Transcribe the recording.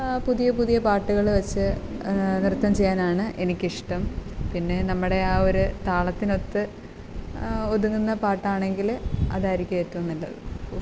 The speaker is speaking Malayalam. പുതിയ പുതിയ പാട്ടുകൾ വെച്ച് നൃത്തം ചെയ്യാനാണ് എനിക്കിഷ്ടം പിന്നെ നമ്മുടെ ആ ഒരു താളത്തിനൊത്ത് ഒതുങ്ങുന്ന പാട്ടാണെങ്കിൽ അതായിരിക്കും ഏറ്റവും നല്ലത്